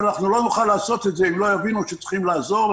אבל לא נוכל לעשות את זה אם לא יבינו שצריכים לעזור.